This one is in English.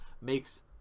makes